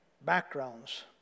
backgrounds